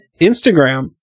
Instagram